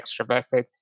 extroverted